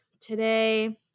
today